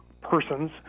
persons